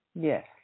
Yes